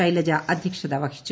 ശൈലജ അധ്യക്ഷത്യ വിഹിച്ചു